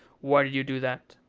why did you do that?